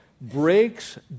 breaks